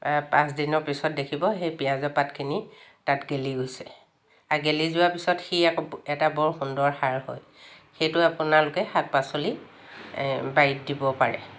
পাঁচদিনৰ পাছত দেখিব সেই পিঁয়াজ পাতখিনি তাত গেলি গৈছে আৰু গেলি যোৱাৰ পিছত সি আকৌ এটা বৰ সুন্দৰ সাৰ হয় সেইটো আপোনালোকে শাক পাচলি বাৰীত দিব পাৰে